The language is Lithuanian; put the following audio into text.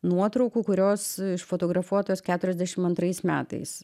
nuotraukų kurios fotografuotos keturiasdešim antrais metais